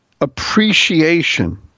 appreciation